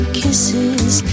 kisses